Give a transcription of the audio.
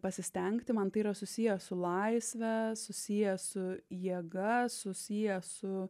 pasistengti man tai yra susiję su laisve susiję su jėga susiję su